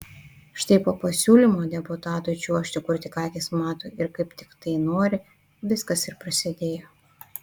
štai po pasiūlymo deputatui čiuožti kur tik akys mato ir kaip tik tai nori viskas ir prasidėjo